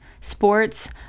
sports